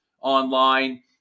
online